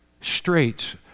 straits